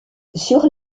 sur